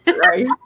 Right